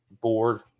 board